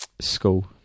school